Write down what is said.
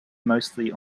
mostly